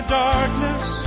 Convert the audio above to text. darkness